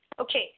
Okay